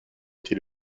été